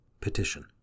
Petition